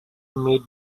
mid